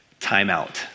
timeout